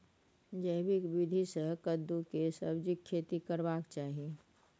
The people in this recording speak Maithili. जैविक विधी से कद्दु के सब्जीक खेती करबाक चाही?